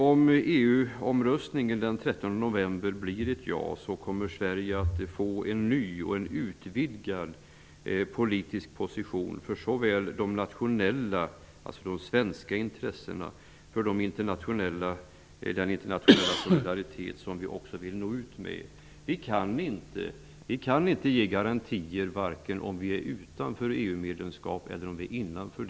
Om EU-omröstningen den 13 november resulterar i ett ja, kommer Sverige att få en ny och en utvidgad politisk position för såväl de nationella, svenska, intressena som för den internationella solidaritet som vi också vill nå ut med. Vi kan inte ge garantier vare sig om vi står utanför EU eller om vi är innanför.